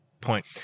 Point